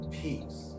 peace